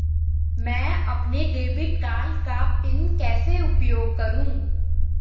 मैं अपने debit card का पिन कैसे उपयोग करूँ?